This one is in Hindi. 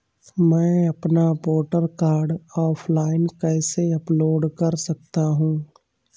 मैं अपना वोटर कार्ड ऑनलाइन कैसे अपलोड कर सकता हूँ?